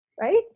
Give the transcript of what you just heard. Right